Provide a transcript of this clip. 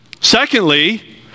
Secondly